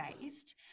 based